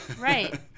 Right